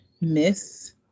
miss